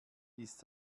ist